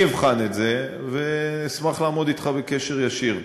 אני אבחן את זה ואשמח לעמוד אתך בקשר ישיר.